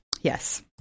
yes